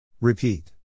Repeat